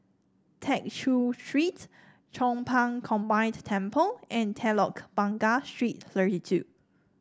Tew Chew Street Chong Pang Combined Temple and Telok Blangah Street Thirty two